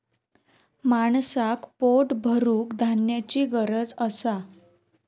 माणसाक पोट भरूक धान्याची गरज असा